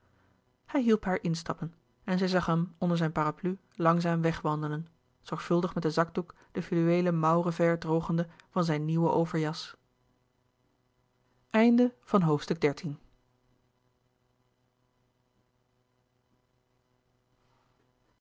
hij hielp haar instappen en zij zag hem onder zijn parapluie langzaam wegwandelen zorgvuldig met den zakdoek de fluweelen mouw revers drogende van zijn nieuwe overjas